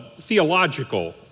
theological